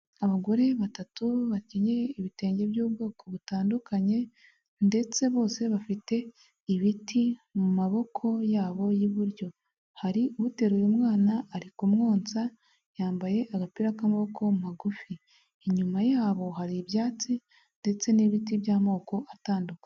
Abagore batatu bakenyeye ibitenge by'ubwoko butandukanye ndetse bose bafite ibiti mu maboko yabo y'iburyo, hari uteruye umwana ari ku mwonsa yambaye agapira k'amaboko magufi, inyuma yabo hari ibyatsi ndetse n'ibiti by'amoko atandukanye.